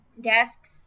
desks